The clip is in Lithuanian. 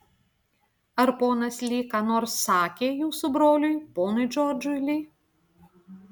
ar ponas li ką nors sakė jūsų broliui ponui džordžui li